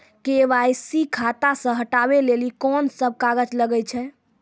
KYC खाता से हटाबै लेली कोंन सब कागज लगे छै?